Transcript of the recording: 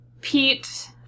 Pete